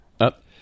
up